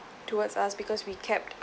towards us because we kept